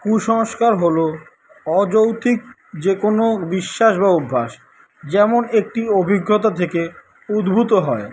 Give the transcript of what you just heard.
কুসংস্কার হলো অযৌক্তিক যে কোনো বিশ্বাস বা অভ্যাস যেমন একটি অভিজ্ঞতা থেকে উদ্ভূত হয়